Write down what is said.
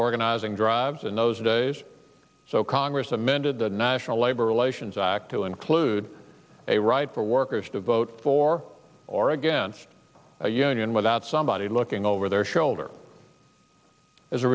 organizing drives in those days so congress amended the national labor relations act to include a right for workers to vote for or against a union without somebody looking over their shoulder as a